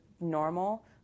normal